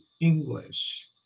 English